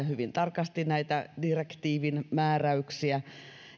hyvin tarkasti tämän direktiivin määräyksiä